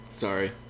sorry